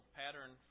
pattern